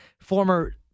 former